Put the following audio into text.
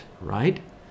right